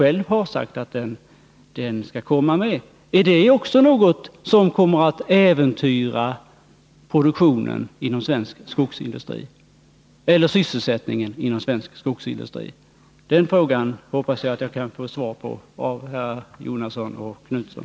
Är den också någonting som kommer att äventyra produktionen och sysselsättningen inom svensk skogsindustri? Den frågan hoppas jag att jag kan få svar på av herr Jonasson och herr Knutson.